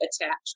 attached